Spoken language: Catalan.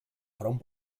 front